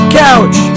couch